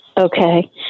Okay